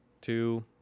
Two